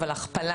אבל יש הכפלה